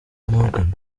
morgan